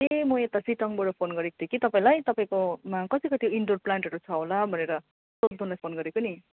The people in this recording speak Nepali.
ए म यता सिटोङबाट फोन गरेको थिएँ कि तपाईँलाई तपाईँकोमा कति कति इन्डोर प्लान्टहरू छ होला भनेर सोध्नुलाई फोन गरेको नि